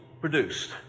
produced